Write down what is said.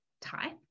type